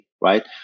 right